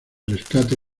rescate